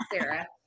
Sarah